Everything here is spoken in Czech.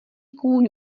kůň